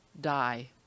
die